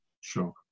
Sure